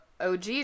OG